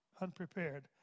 unprepared